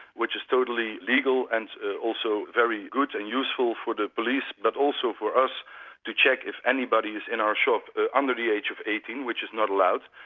which is totally legal and also very good and useful for the police, but also for us to check if anybody is in our shop under the age of eighteen, which is not allowed.